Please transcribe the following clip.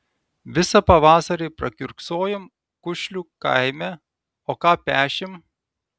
visą pavasarį prakiurksojom kušlių kaime o ką pešėm